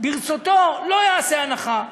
ברצותו לא יעשה הנחה.